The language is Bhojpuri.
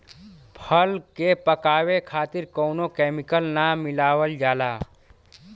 फल के पकावे खातिर कउनो केमिकल ना मिलावल जाला